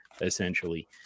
essentially